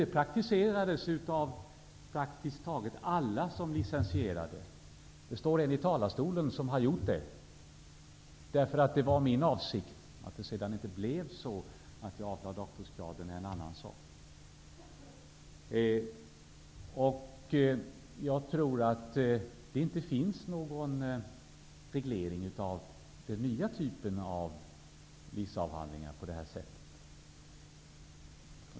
Det praktiserades av praktiskt taget alla som licentierade. Det står en person i talarstolen som har gjort det. Det var min avsikt -- även om det senare inte blev så -- att avlägga en doktorsexamen. Jag tror inte att det finns någon reglering av den nya typen av lic-avhandlingar.